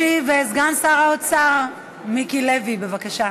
ישיב סגן שר האוצר מיקי לוי, בבקשה.